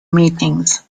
meetings